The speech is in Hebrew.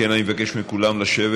אם כן, אני מבקש מכולם לשבת.